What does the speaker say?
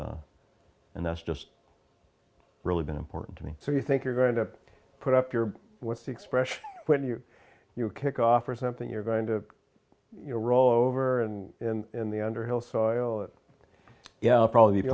and and that's just really been important to me so you think you're going to put up your what's the expression when you're your kick off or something you're going to you know roll over and in the underhill so i owe it yeah probably the